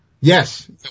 Yes